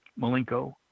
Malenko